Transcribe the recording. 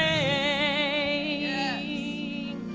a